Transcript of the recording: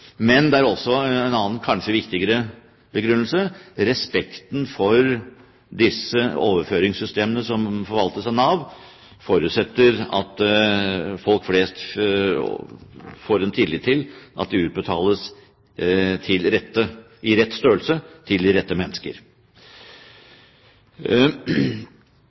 Men det er også en annen, kanskje viktigere, begrunnelse: Respekten for overføringssystemene som forvaltes av Nav, forutsetter at folk flest får tillit til at de utbetales i rett størrelse til de rette mennesker.